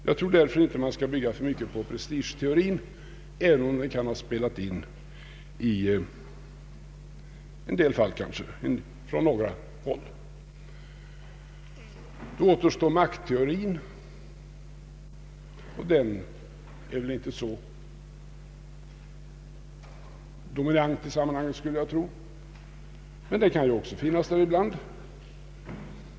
Jag tror därför att man inte skall bygga för mycket på prestigeteorin, även om den kanske kan ha spelat in i en del fall på några håll. Då återstår maktteorin, och den är väl inte så dominant i sammanhanget, men den kan ju också finnas där ibland.